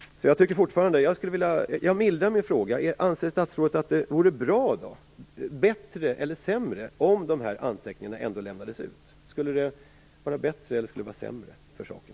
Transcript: Jag mildrar min fråga: Anser statsrådet att det vore bättre eller sämre om anteckningarna ändå lämnades ut? Skulle det vara bättre eller sämre för saken?